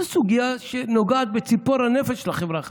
זו סוגיה שנוגעת בציפור הנפש של החברה החרדית.